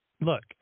look